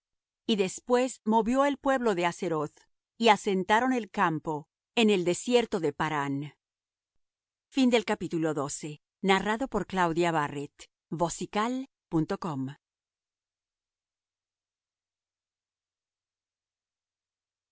y después movió el pueblo de haseroth y asentaron el campo en el desierto de parán